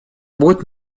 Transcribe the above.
будет